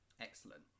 Excellent